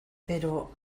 pero